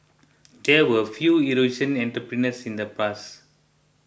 there were few Eurasian entrepreneurs in the past